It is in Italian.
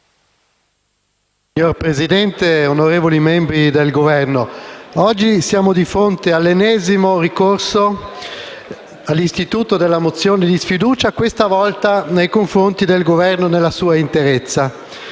Signor Presidente, onorevoli membri del Governo, oggi siamo di fronte all'ennesimo ricorso all'istituto della mozione di sfiducia, questa volta nei confronti del Governo nella sua interezza.